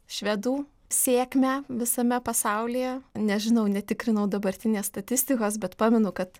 švedų sėkmę visame pasaulyje nežinau netikrinau dabartinės statistikos bet pamenu kad